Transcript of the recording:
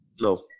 No